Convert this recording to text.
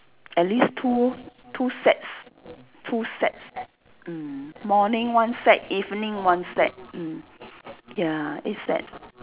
at least two two sets two sets mm morning one set evening one set mm ya eight sets